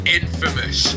infamous